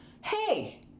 hey